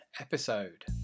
episode